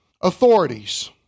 authorities